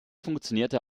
funktionierte